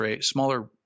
smaller